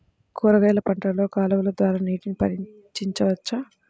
కూరగాయలు పంటలలో కాలువలు ద్వారా నీటిని పరించవచ్చా?